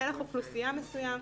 לפלח אוכלוסייה מסוים.